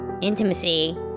intimacy